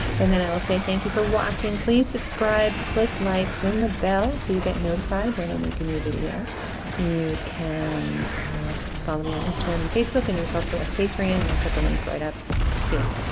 and then i will say thank you for watching please subscribe click like ring the bell so you get notified when i make a new video you can follow me on instagram and facebook and there's also a patreon and i'll put the link right up here